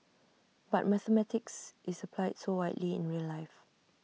but mathematics is applied so widely in real life